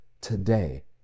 Today